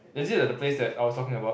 is it at the place that I was talking about